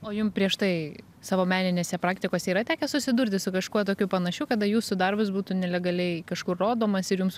o jum prieš tai savo meninėse praktikose yra tekę susidurti su kažkuo tokiu panašiu kada jūsų darbas būtų nelegaliai kažkur rodomas ir jums